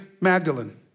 Magdalene